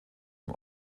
dem